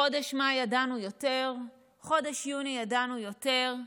בחודש מאי ידענו יותר, בחודש יוני ידענו יותר,